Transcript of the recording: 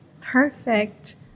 Perfect